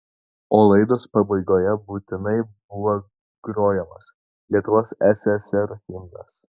o laidos pabaigoje būtinai buvo grojamas lietuvos ssr himnas